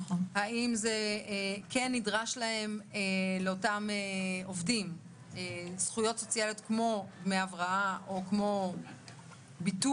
האם נדרשים לאותם עובדים זכויות סוציאליות כמו דמי הבראה או ביטוח,